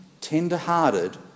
tender-hearted